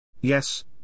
Yes